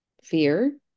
fear